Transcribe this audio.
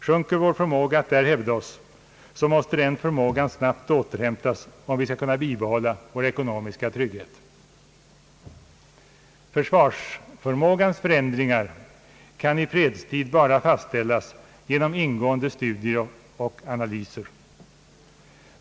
Sjunker vår förmåga att där hävda oss, måste denna förmåga snabbt återhämtas om vi skall kunna bibehålla vår ekonomiska trygghet. Försvarsförmågans förändringar kan i fredstid fastställas endast genom ingående studier och analyser.